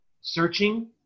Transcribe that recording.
Searching